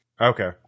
Okay